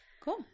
Cool